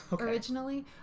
originally